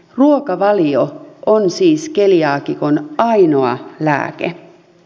ruokavalio on siis keliaakikon ainoa lääke